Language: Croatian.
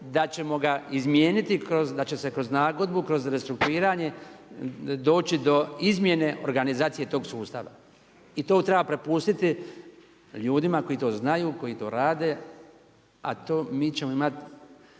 da ćemo ga izmijeniti, da će se kroz nagodbu, kroz restrukturiranje doći do izmjene organizacije tog sustava. I to treba prepustiti ljudima koji to znaju, koji to rade, a mi ćemo imat